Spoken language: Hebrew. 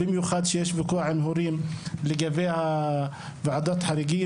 במיוחד כשיש ויכוח עם הורים לגבי ועדות חריגים,